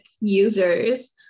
users